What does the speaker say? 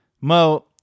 Mo